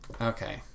Okay